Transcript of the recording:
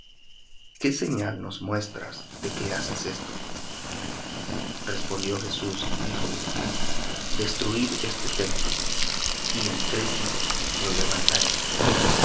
qué señal nos muestras de que haces esto respondió jesús y díjoles destruid este templo y en tres días lo levantaré